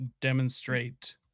Demonstrate